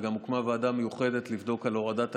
וגם הוקמה ועדה מיוחדת לבדיקת הורדת הגיל.